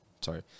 sorry